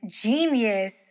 genius